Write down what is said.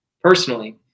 personally